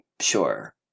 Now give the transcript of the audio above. Sure